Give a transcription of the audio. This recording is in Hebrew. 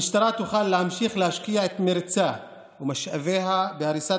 המשטרה תוכל להמשיך להשקיע את מרצה ומשאביה בהריסת